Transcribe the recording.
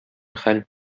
хәл